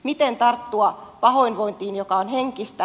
miten tarttua pahoinvointiin joka on henkistä